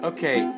Okay